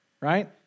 right